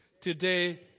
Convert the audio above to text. today